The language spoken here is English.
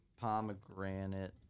Pomegranate